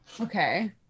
Okay